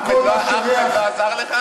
אחמד לא עזר לך,